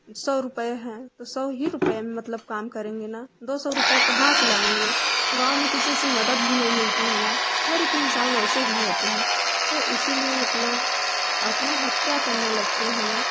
सौ रुपए हैं तो सौ ही रुपए मतलब काम करेंगे ना दो सौ रुपए कहाँ से लाएंगे गाँव में किसी से मदद भी नहीं मिलती है ना हर एक इंसान वैसे ही होते हैं तो इसीलिए मतलब आत्माहत्या करने लगते हैं